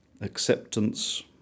acceptance